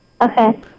Okay